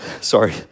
Sorry